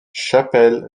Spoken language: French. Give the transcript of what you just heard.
chapelle